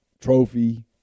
trophy